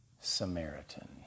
Samaritan